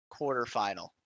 quarterfinal